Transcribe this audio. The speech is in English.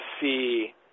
see